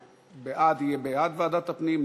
בעד יהיה בעד ועדת הפנים,